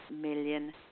million